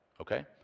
Okay